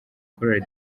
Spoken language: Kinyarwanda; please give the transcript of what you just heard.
chorale